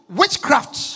witchcraft